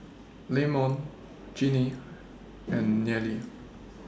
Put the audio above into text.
Leamon Jinnie and Nealie